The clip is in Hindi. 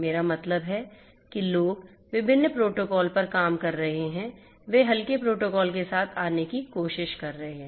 मेरा मतलब है कि लोग विभिन्न प्रोटोकॉल पर काम कर रहे हैं वे हल्के प्रोटोकॉल के साथ आने की कोशिश कर रहे हैं